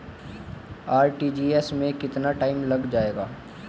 RTGS में कितना time लग जाएगा?